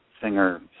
singer